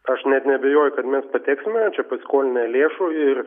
aš net neabejoju kad mes pateksime čia pasiskolinę lėšų ir